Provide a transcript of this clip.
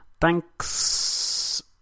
Thanks